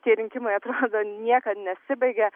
tie rinkimai atrodo niekad nesibaigia